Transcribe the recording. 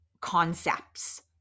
concepts